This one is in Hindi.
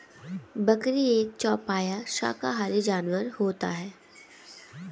बकरी एक चौपाया शाकाहारी जानवर होता है